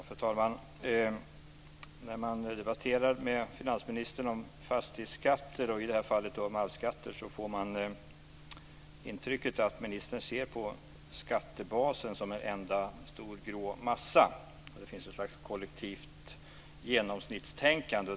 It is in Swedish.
Fru talman! När man debatterar med finansministern om fastighetsskatter och i det här fallet arvsskatter får man det intrycket att finansministern ser på skattebasen som en enda stor grå massa. Det är något slags kollektivt genomsnittstänkande.